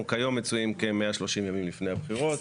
כיום מצויים כ-130 ימים לפני הבחירות.